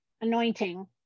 anointing